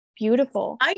beautiful